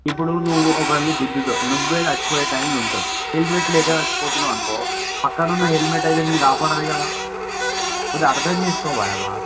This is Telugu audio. ఇప్పుడు నువ్వు ఒకళని గుద్దుతావు నువ్వే చచ్చిపోయే టైంలో ఉంటావు హెల్మెట్ లేదుకదా చచ్చిపోతున్నావ అనుకో పక్కనున్న హెల్మెట్ అయితే నిన్ను కాపాడదు కదా అది అర్ధం చేసుకోరా